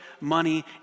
money